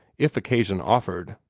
if occasion offered.